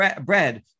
bread